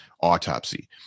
autopsy